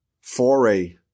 foray